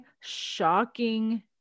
shocking